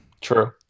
true